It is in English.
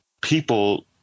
People